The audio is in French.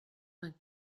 vingt